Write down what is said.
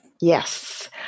yes